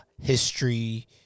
history